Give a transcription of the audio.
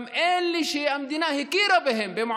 גם אלה שהמדינה הכירה בהם,